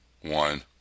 one